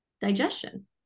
digestion